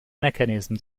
mechanism